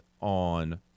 On